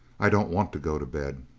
i don't want to go to bed.